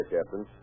Captain